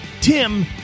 Tim